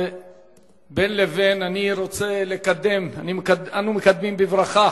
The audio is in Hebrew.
ובין לבין, אנו מקדמים בברכה